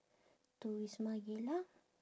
to wisma geylang